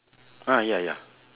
ah ya ya